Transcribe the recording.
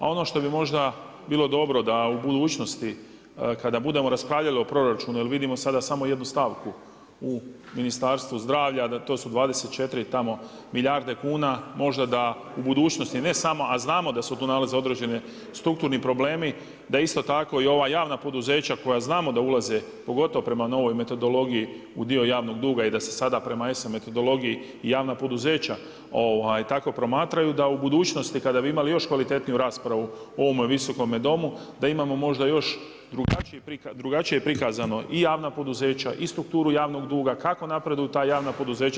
A ono što bi možda bilo dobro da u budućnosti kada budemo raspravljali o proračunu jer vidimo sada samo jednu stavku u Ministarstvu zdravlja da to su 24 tamo milijarde kuna, možda da u budućnosti ne samo, a znamo da se tu nalaze određeni strukturni problemi da isto tako i ova javna poduzeća koja znamo da ulaze pogotovo prema novoj metodologiji u dio javnog duga i da se sada prema sm metodologiji javna poduzeća tako promatraju da u budućnosti kada bi imali još kvalitetniju raspravu u ovome Visokome domu da imamo možda još drugačije prikazano i javna poduzeća, i strukturu javnog duga, kako napreduju ta javna poduzeća.